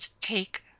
take